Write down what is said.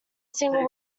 single